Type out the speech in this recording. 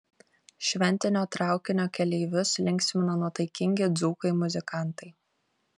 šventinio traukinio keleivius linksmina nuotaikingi dzūkai muzikantai